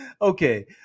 Okay